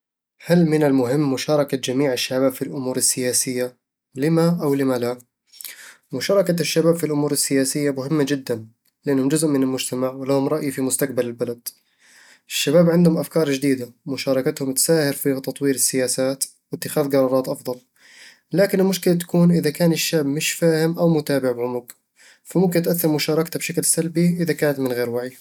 هل من المهم مشاركة جميع الشباب في الأمور السياسية؟ لِمَ أو لِمَ لا؟ مشاركة الشباب في الأمور السياسية مهمة جدًا، لأنهم جزء من المجتمع ولهم رأي في مستقبل البلد الشباب عندهم أفكار جديدة، ومشاركتهم تساهم في تطوير السياسات واتخاذ قرارات أفضل لكن المشكلة تكون إذا كان الشاب مش فاهم أو متابع بعمق، فممكن تأثر مشاركته بشكل سلبي إذا كانت من غير وعي